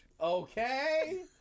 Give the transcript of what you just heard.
Okay